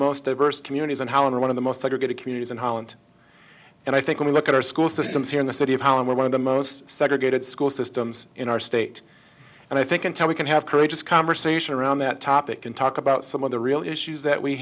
most diverse communities on how and one of the most segregated communities in holland and i think when we look at our school systems here in the city of holland we're one of the most segregated school systems in our state and i think until we can have courageous conversation around that topic and talk about some of the real issues that we